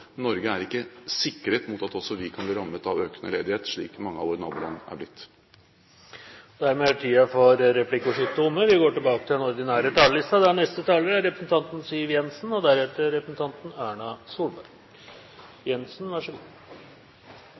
Norge er ikke sikret mot at også vi kan bli rammet av økende ledighet, slik mange av våre naboland har blitt. Replikkordskiftet er omme. Angrepet mot Norge den